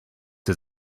his